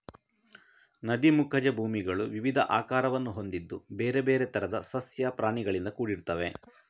ನದಿ ಮುಖಜ ಭೂಮಿಗಳು ವಿವಿಧ ಆಕಾರವನ್ನು ಹೊಂದಿದ್ದು ಬೇರೆ ಬೇರೆ ತರದ ಸಸ್ಯ ಪ್ರಾಣಿಗಳಿಂದ ಕೂಡಿರ್ತವೆ